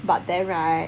but then right